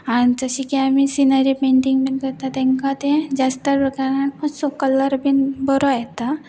आनी जशें की आमी सिनरी पेंटींग बीन करता तांकां तें जास्त प्रकारान मात्सो कलर बीन बरो येता